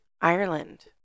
Ireland